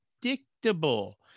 predictable